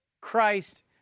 Christ